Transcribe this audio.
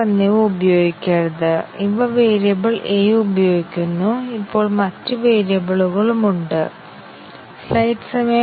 അതിനാൽ 50 ടെസ്റ്റ് കേസുകൾ 50 മക്കാബിന്റെ മെട്രിക് സൂചിപ്പിക്കുന്നത് അവിടെ ധാരാളം ബ്രാഞ്ച്കൾ ഉണ്ടെന്നും കോഡ് നല്ലതല്ലെന്നും